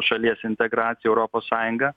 šalies integraciją į europos sąjungą